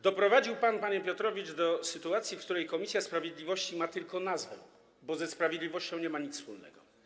Doprowadził pan, panie Piotrowicz, do sytuacji, w której komisja sprawiedliwości ma tylko taką nazwę, bo ze sprawiedliwością nie ma nic wspólnego.